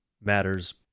matters